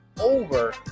over